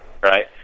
right